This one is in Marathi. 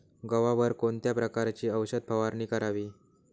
गव्हावर कोणत्या प्रकारची औषध फवारणी करावी?